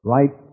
Right